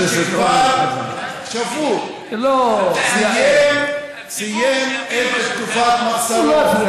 לא, מישהו שכבר שבור, סיים את תקופת מאסרו,